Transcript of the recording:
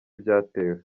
byatewe